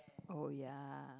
oh ya